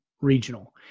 regional